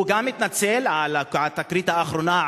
הוא גם התנצל על התקרית האחרונה,